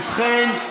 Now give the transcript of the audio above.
ובכן,